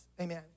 Amen